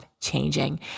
changing